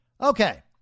Okay